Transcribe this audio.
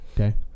Okay